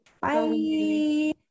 Bye